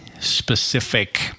specific